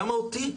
למה אותי?